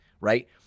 right